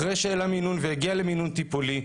אחרי שהעלה מינון והגיע למינון טיפולי,